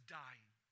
dying